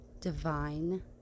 divine